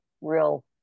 real